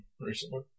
recently